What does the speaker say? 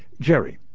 Jerry